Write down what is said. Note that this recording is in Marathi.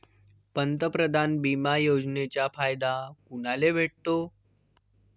पंतप्रधान बिमा योजनेचा फायदा कुनाले भेटतो?